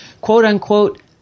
quote-unquote